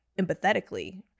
empathetically